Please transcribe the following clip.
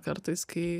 kartais kai